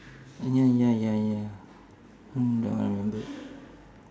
ya ya ya ya hmm that one I remember